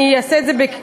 אני אעשה את זה בקצרה.